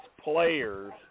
players